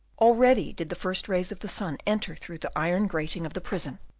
already did the first rays of the sun enter through the iron grating of the prison,